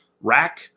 rack